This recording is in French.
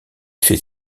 fait